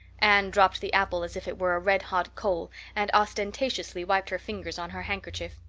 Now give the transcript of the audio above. anne dropped the apple as if it were a red-hot coal and ostentatiously wiped her fingers on her handkerchief.